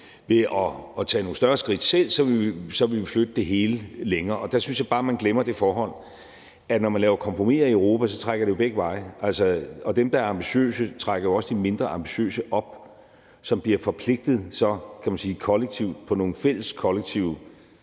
Ved at tage nogle større skridt selv vil vi flytte det hele længere. Jeg synes bare, at man glemmer det forhold, at når man laver kompromiser i Europa, trækker det begge veje. Dem, der er ambitiøse, trækker jo også de mindre ambitiøse op, så de bliver forpligtet kollektivt på nogle fælles kollektive